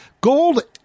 Gold